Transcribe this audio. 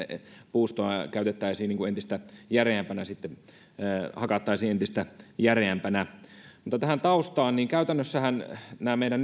puustoa käytettäisiin entistä järeämpänä hakattaisiin entistä järeämpänä mutta tähän taustaan käytännössähän tämä meidän